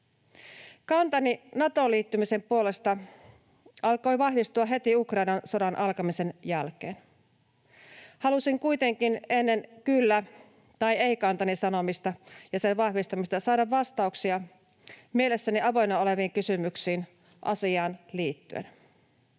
Kantani Natoon liittymisen puolesta alkoi vahvistua heti Ukrainan sodan alkamisen jälkeen. Halusin kuitenkin ennen kyllä- tai ei-kantani sanomista ja sen vahvistamista saada vastauksia mielessäni avoinna oleviin kysymyksiin asiaan liittyen.